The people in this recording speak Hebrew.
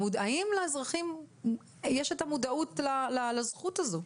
האם לאזרחים יש את המודעות לזכות הזו?